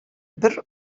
бер